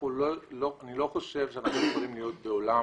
אני לא חושב שאנחנו יכולים להיות בעולם